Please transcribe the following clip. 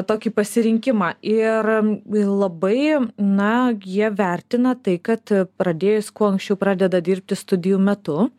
tokį pasirinkimą ir labai na jie vertina tai kad pradėjus kuo anksčiau pradeda dirbti studijų metu